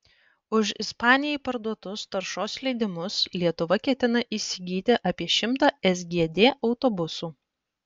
už ispanijai parduotus taršos leidimus lietuva ketina įsigyti apie šimtą sgd autobusų